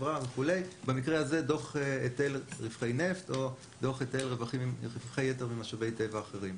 במקרה הזה דוח היטל רווחי נפט או דוח היטל רווחי יתר ממשאבי טבע אחרים.